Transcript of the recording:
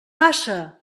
passa